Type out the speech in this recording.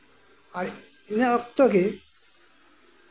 ᱟᱡ ᱤᱱᱟᱹ ᱚᱠᱛᱚ ᱜᱮ